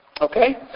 Okay